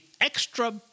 extra